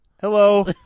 Hello